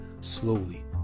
slowly